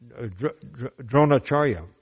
Dronacharya